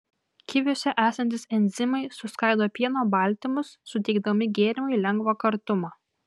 kiviuose esantys enzimai suskaido pieno baltymus suteikdami gėrimui lengvą kartumą